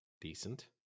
decent